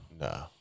No